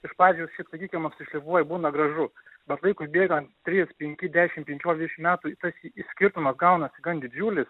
iš pradžių šiaip sakykim apsišlifuoja būna gražu bet laikui bėgant trys penki dešim penkiolika dvidešim metų tas skirtumas gaunasi gan didžiulis